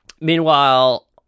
meanwhile